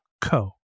co